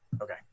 okay